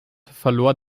verlor